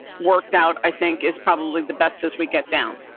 worked out, i think is probably the best as we get down.